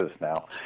now